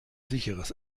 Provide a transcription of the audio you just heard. sicheres